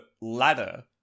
ladder